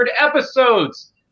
episodes